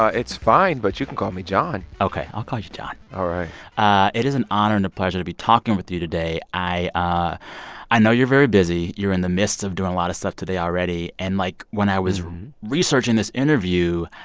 ah it's fine, but you can call me john ok. i'll call you john all right ah it is an honor and a pleasure to be talking with you today. i ah i know you're very busy. you're in the midst of doing a lot of stuff today already. and, like, when i was researching this interview,